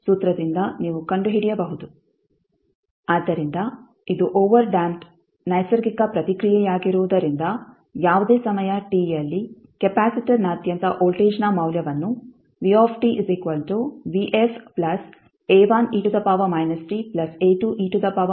ಆದ್ದರಿಂದ ಇದು ಓವರ್ಡ್ಯಾಂಪ್ಡ್ ನೈಸರ್ಗಿಕ ಪ್ರತಿಕ್ರಿಯೆಯಾಗಿರುವುದರಿಂದ ಯಾವುದೇ ಸಮಯ t ಯಲ್ಲಿ ಕೆಪಾಸಿಟರ್ನಾದ್ಯಂತ ವೋಲ್ಟೇಜ್ನ ಮೌಲ್ಯವನ್ನು ಎಂದು ನೀಡಬಹುದು